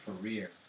career